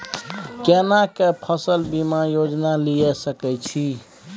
केना के फसल बीमा योजना लीए सके छी?